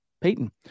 Peyton